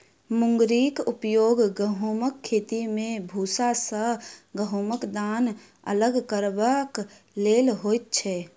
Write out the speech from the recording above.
मुंगरीक उपयोग गहुमक खेती मे भूसा सॅ गहुमक दाना अलग करबाक लेल होइत छै